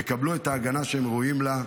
יקבלו את ההגנה שהם ראויים לה.